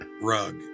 rug